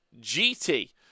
GT